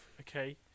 okay